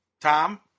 Tom